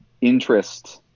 interest